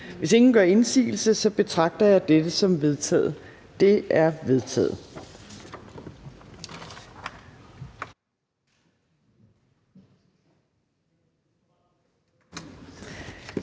Hvis ingen gør indsigelse, betragter jeg dette som vedtaget. Det er vedtaget.